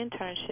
Internship